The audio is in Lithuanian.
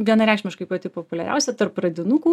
vienareikšmiškai pati populiariausia tarp pradinukų